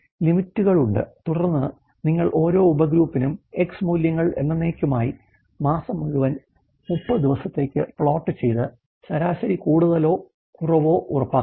LIMIT കളുണ്ട് തുടർന്ന് നിങ്ങൾ ഓരോ ഉപഗ്രൂപ്പിനും എക്സ് മൂല്യങ്ങൾ എന്നെന്നേക്കുമായി മാസം മുഴുവനും 30 ദിവസത്തേക്ക് പ്ലോട്ട് ചെയ്തു ശരാശരി കൂടുതലോ കുറവോ ഉറപ്പാക്കണം